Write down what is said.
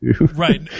right